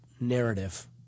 narrative